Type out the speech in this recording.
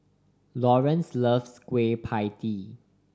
Laurance loves Kueh Pie Tee